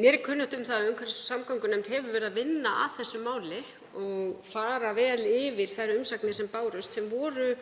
Mér er kunnugt um að umhverfis- og samgöngunefnd hefur verið að vinna að þessu máli og farið vel yfir þær umsagnir sem bárust sem fólu